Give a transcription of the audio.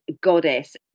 goddess